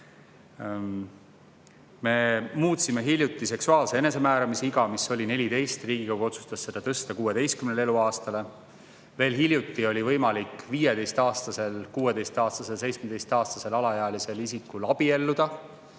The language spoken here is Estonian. Me muutsime hiljuti seksuaalse enesemääramise [vanusepiiri], mis oli 14, Riigikogu otsustas selle tõsta 16 eluaastale. Veel hiljuti oli võimalik 15-aastasel, 16-aastasel, 17-aastasel ehk alaealisel isikul abielluda.